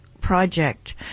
project